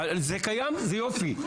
זה קיים, איזה יופי.